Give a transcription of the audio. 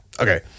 Okay